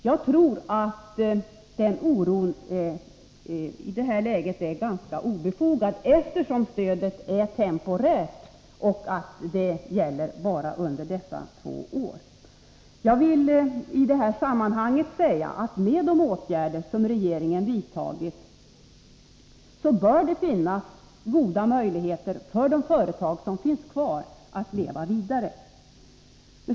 Jag tror att den oron i detta läge är ganska obefogad, eftersom stödet är temporärt och gäller endast under dessa två år. Jag vill i detta sammanhang säga att med de åtgärder som regeringen vidtagit bör det finnas goda möjligheter för de företag som finns kvar att leva vidare.